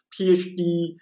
PhD